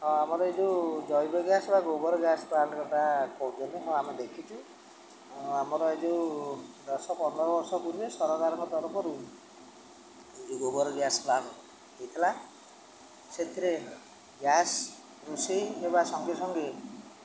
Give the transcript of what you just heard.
ହଁ ଆମର ଏଇ ଯେଉଁ ଜୈବ ଗ୍ୟାସ୍ ବା ଗୋବର ଗ୍ୟାସ୍ ପ୍ଲାଣ୍ଟ୍ଟା କହୁଛନ୍ତି ହଁ ଆମେ ଦେଖିଛୁ ଆମର ଏଇ ଯେଉଁ ଦଶ ପନ୍ଦର ବର୍ଷ ପୂର୍ବେ ସରକାରଙ୍କ ତରଫରୁ ଏ ଯେଉଁ ଗୋବର ଗ୍ୟାସ୍ ପ୍ଲାଣ୍ଟ୍ ହେଇଥିଲା ସେଥିରେ ଗ୍ୟାସ୍ ରୋଷେଇ ହେବା ସଙ୍ଗେ ସଙ୍ଗେ